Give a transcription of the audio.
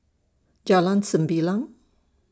Jalan Sembilang